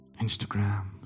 Instagram